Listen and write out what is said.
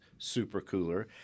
supercooler